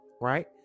Right